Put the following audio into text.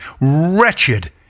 wretched